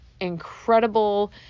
incredible